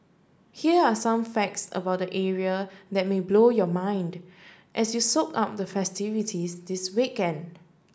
here are some facts about the area that may blow your mind as you soak up the festivities this weekend